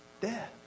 death